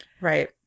right